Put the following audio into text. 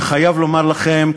וחייב לומר לכם,